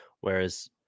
Whereas